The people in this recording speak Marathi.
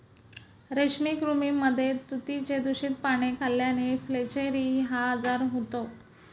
रेशमी कृमींमध्ये तुतीची दूषित पाने खाल्ल्याने फ्लेचेरी हा आजार होतो